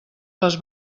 les